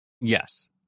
Yes